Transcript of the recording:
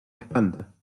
espanta